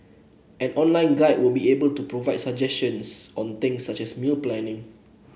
an online guide will be available to provide suggestions on things such as meal planning